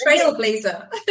trailblazer